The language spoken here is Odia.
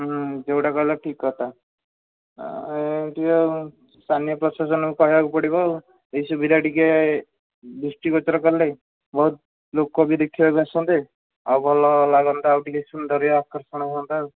ଯୋଉଟା କହିଲ ଠିକ୍ କଥା ଟିକେ ସ୍ଥାନୀୟ ପ୍ରଶାସନକୁ କହିବାକୁ ପଡ଼ିବ ଆଉ ଏହି ସୁବିଧା ଟିକେ ଦୃଷ୍ଟି ଗୋଚର କଲେ ବହୁତ ଲୋକ ବି ଦେଖିବାକୁ ଆସନ୍ତେ ଆଉ ଭଲ ଲାଗନ୍ତା ଆଉ ଟିକେ ସୁନ୍ଦରିଆ ଆକର୍ଷଣ ହୁଅନ୍ତା ଆଉ